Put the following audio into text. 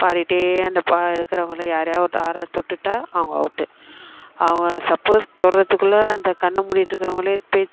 பாடிகிட்டே அந்த இருக்கிறவங்கள யாரையாவது ஒருத்தை யாராவது தொட்டுட்டால் அவங்க அவுட்டு அவங்க சப்போஸ் தொடுறத்துக்குள்ள அந்த கண்ணை மூடிகிட்டு இருக்கிறவங்களே பே